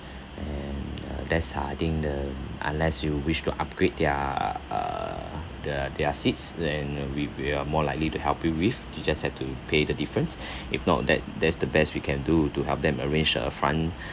and uh that's uh I think the unless you wish to upgrade their uh the their seats then we we are more likely to help you with you just had to pay the difference if not that that's the best we can do to help them arrange uh front